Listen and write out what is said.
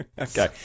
Okay